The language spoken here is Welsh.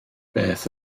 beth